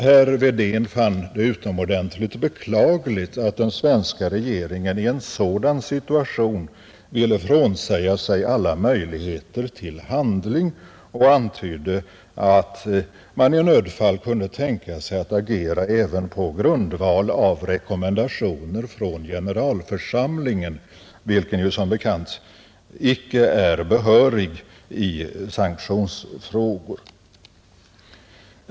Herr Wedén fann det utomordentligt beklagligt att den svenska regeringen i en sådan situation ville frånsäga sig alla möjligheter till handling och antydde, att man i nödfall kunde tänka sig att agera även på grundval av rekommendationer från generalförsamlingen, vilken som bekant icke är behörig i sanktionsfrågor.